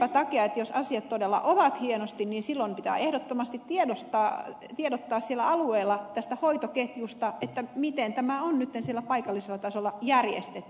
senpä takia jos asiat todella ovat hienosti niin silloin pitää ehdottomasti tiedottaa siellä alueella tästä hoitoketjusta miten tämä on nyt siellä paikallisella tasolla järjestetty